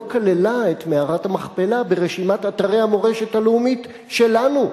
לא כללה את מערת המכפלה ברשימת אתרי המורשת הלאומית שלנו.